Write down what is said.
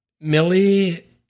Millie